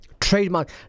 Trademark